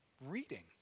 reading